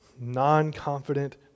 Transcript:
non-confident